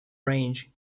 range